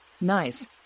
nice